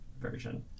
version